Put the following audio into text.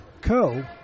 Co